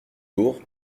lourd